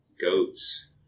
goats